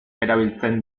erabiltzen